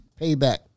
payback